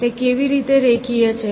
તે કેવી રીતે રેખીય છે